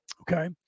Okay